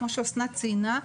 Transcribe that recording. כמו שאסנת ציינה,